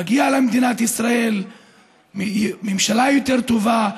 מגיע למדינת ישראל ממשלה יותר טובה,